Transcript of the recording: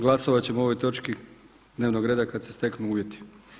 Glasovat ćemo o ovoj točki dnevnog reda kada se steknu uvjeti.